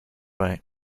right